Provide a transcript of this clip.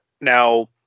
Now